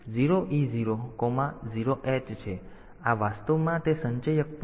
તેથી આ વાસ્તવમાં તે સંચયક પણ છે